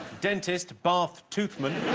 dentist bath tooth minh